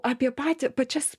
apie patį pačias